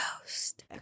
ghost